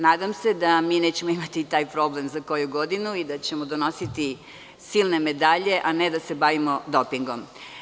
Nadam se da nećemo imati taj problem za koju godinu i da ćemo donositi silne medalje, a ne da se bavimo dopingom.